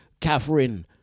Catherine